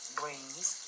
brings